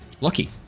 Lucky